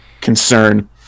concern